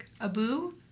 Abu